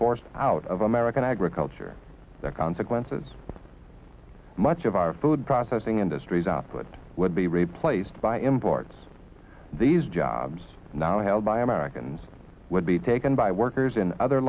forced out of american agriculture consequences much of our food processing industries output would be replaced by imports these jobs now held by americans would be taken by workers in other